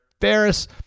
Ferris